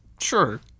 Sure